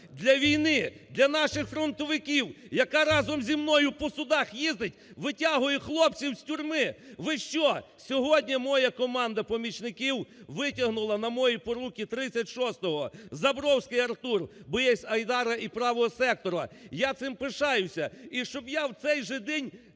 для війни, для наших фронтовиків, яка разом зі мною по судах їздить, витягує хлопців з тюрми. Ви що? Сьогодні моя команда помічників витягнула на мої поруки 36-го – Забровський Артур, боєць "Айдара" і "Правого сектора", я цим пишаюся. І щоб я в цей же день,